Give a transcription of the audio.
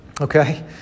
Okay